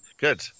Good